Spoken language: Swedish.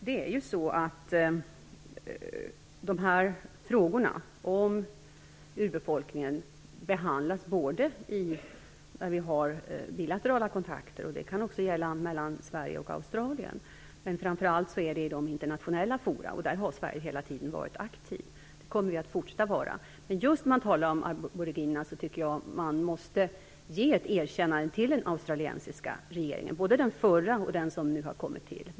Herr talman! Frågorna om urbefolkningen behandlas både i våra bilaterala kontakter, och det kan gälla Sverige och Australien, och framför allt i internationella fora. Där har Sverige hela tiden varit aktivt och kommer att fortsätta att vara det. Vad gäller just aboriginerna måste man ge ett erkännande till den australiensiska regeringen, både den förra och den som nu har kommit till.